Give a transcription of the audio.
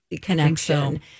connection